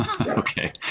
Okay